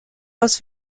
aus